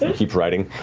ah keep riding.